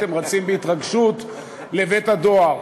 והייתם רצים בהתרגשות לבית-הדואר.